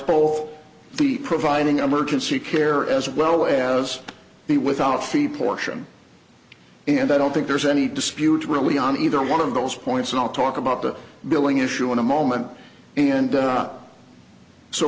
both the providing emergency care as well as the without feet portion and i don't think there's any dispute really on either one of those points all talk about the billing issue in a moment and up so